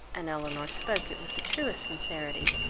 and elinor spoke it with the truest sincerity,